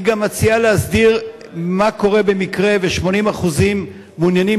היא גם מציעה להסדיר מה קורה במקרה ש-80% מעוניינים